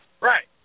Right